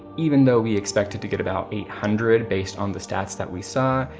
even though we expected to get about eight hundred, based on the stats that we saw,